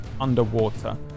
underwater